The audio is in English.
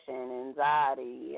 anxiety